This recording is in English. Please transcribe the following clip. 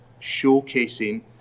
showcasing